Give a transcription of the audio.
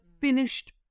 finished